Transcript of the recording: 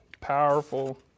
powerful